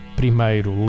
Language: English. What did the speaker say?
primeiro